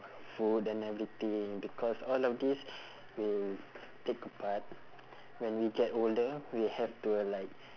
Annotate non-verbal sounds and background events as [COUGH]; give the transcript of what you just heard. food and everything because all of these [NOISE] will take a part when we get older we have to like